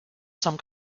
some